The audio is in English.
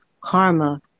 karma